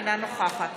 אינה נוכחת